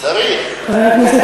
חבר הכנסת